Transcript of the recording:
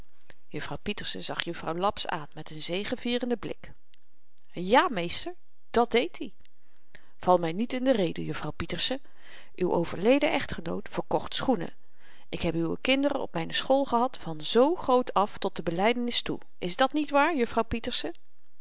juffrouw pieterse zag juffrouw laps aan met n zegevierenden blik ja meester dat deet i val my niet in de rede juffrouw pieterse uw overleden echtgenoot verkocht schoenen ik heb uwe kinderen op myne school gehad van z groot af tot de belydenis toe is dat niet waar juffrouw pieterse